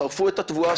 שרפו את התבואה,